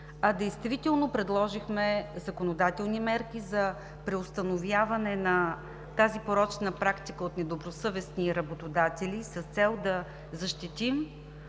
а действително предложихме законодателни мерки за преустановяване на тази порочна практика от недобросъвестни работодатели с цел да защитим